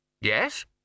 Yes